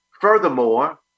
Furthermore